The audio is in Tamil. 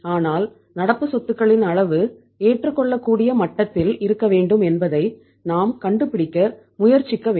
ஆனால் நடப்பு சொத்துக்களின் அளவும் ஏற்றுக்கொள்ளக்கூடிய மட்டத்தில் இருக்க வேண்டும் என்பதை நாம் கண்டுபிடிக்க முயற்சிக்க வேண்டும்